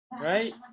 Right